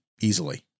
easily